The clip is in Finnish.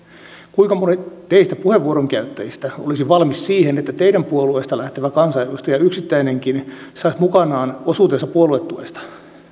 kuinka moni teistä puheenvuoron käyttäjistä olisi valmis siihen että teidän puolueestanne lähtevä kansanedustaja yksittäinenkin saisi mukanaan osuutensa puoluetuesta